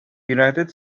united